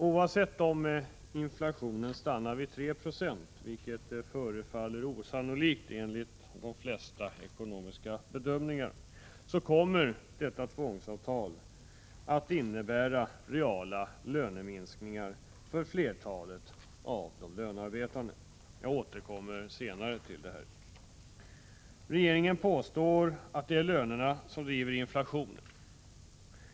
Oavsett om inflationen stannar vid 3 96 — vilket enligt de flesta ekonomiska bedömningar förefaller osannolikt — kommer detta tvångsavtal att innebära reala löneminskningar för flertalet av de lönearbetande. Jag återkommer senare till det. Regeringen påstår att det är lönerna som driver inflationen.